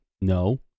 no